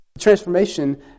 transformation